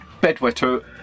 Bedwetter